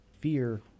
fear